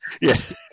Yes